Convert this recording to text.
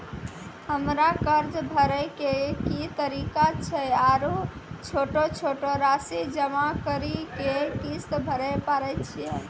हमरा कर्ज भरे के की तरीका छै आरू छोटो छोटो रासि जमा करि के किस्त भरे पारे छियै?